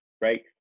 right